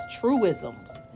truisms